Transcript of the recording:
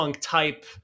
type